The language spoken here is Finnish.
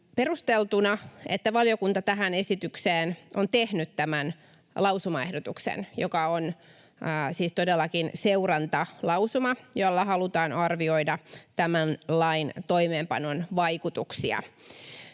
perusteltuna, että valiokunta tähän esitykseen on tehnyt tämän lausumaehdotuksen, joka on siis todellakin seurantalausuma, jolla halutaan arvioida tämän lain toimeenpanon vaikutuksia.